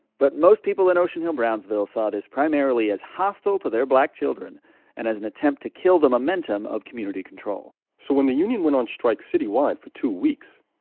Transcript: but most people in ocean hill-brownsville saw this primarily as hostile to their black children and as an attempt to kill the momentum of community control so when the union went on strike citywide for two weeks,